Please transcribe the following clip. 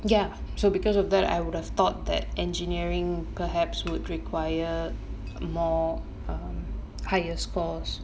ya so because of that I would have thought that engineering perhaps would require more um higher scores